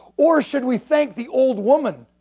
or should we thank the old woman